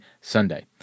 Sunday